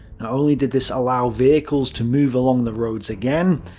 not only did this allow vehicles to move along the roads again,